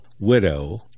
widow